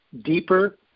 deeper